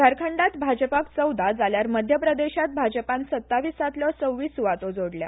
झारखंडांत भाजपाक चौदा जाल्यार मध्य प्रदेशांत भाजपान सत्ताविसांतल्यो सव्वीस सुवातो जोडल्या